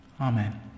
Amen